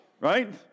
right